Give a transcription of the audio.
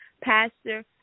pastor